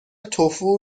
توفو